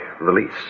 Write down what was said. release